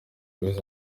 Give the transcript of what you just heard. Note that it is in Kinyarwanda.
louise